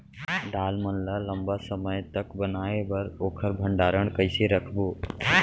दाल मन ल लम्बा समय तक बनाये बर ओखर भण्डारण कइसे रखबो?